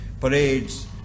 parades